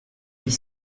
huit